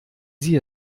sie